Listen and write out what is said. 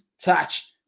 Touch